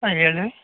ಹಾಂ ಹೇಳಿ ರೀ